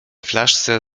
flaszce